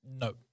No